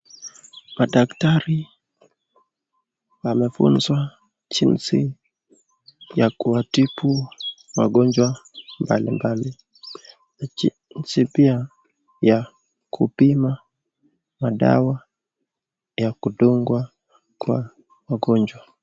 Madaktari wamefunzwa jinsi ya kuwatibu magonjwa mbalimbali. Jinsi pia ya kupima madawa ya kudungwa kwa wagonjwa.